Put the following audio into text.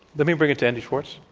let me bring it to andy schwarz.